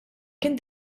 kien